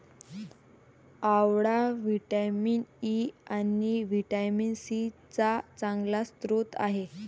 आवळा vitamin E आणि vitamin C चा चांगला स्रोत आहे